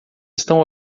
estão